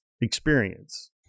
experience